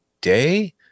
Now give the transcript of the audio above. day